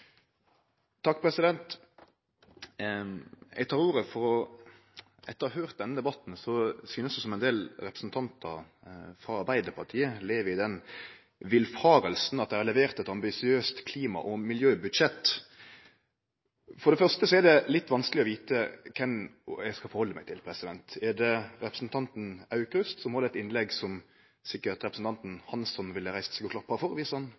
som ein del representantar frå Arbeidarpartiet lever i den villfaringa at dei har levert eit ambisiøst klima- og miljøbudsjett. For det første er det litt vanskeleg å vite kven eg skal halde meg til. Er det representanten Aukrust, som held eit innlegg som representanten Hansson sikkert ville reist seg og klappa for, viss han